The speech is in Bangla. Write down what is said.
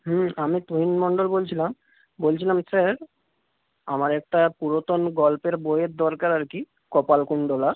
হুম আমি তুহিন মণ্ডল বলছিলাম বলছিলাম স্যার আমার একটা পুরাতন গল্পের বইয়ের দরকার আর কি কপালকুণ্ডলা